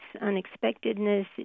unexpectedness